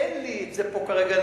אין לי את זה פה כרגע.